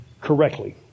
correctly